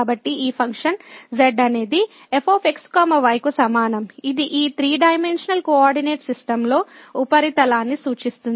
కాబట్టి ఈ function z అనేది f x y కు సమానం ఇది ఈ 3 డైమెన్షనల్ కోఆర్డినేట్ సిస్టమ్లో ఉపరితలాన్ని సూచిస్తుంది